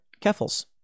Keffels